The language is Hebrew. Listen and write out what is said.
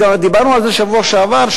וגם דיברנו על זה בשבוע שעבר,